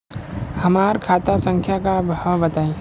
हमार खाता संख्या का हव बताई?